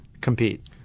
compete